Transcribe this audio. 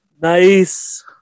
Nice